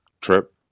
trip